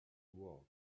work